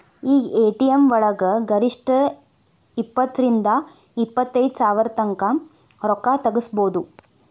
ಈಗ ಎ.ಟಿ.ಎಂ ವಳಗ ಗರಿಷ್ಠ ಇಪ್ಪತ್ತರಿಂದಾ ಇಪ್ಪತೈದ್ ಸಾವ್ರತಂಕಾ ರೊಕ್ಕಾ ತಗ್ಸ್ಕೊಬೊದು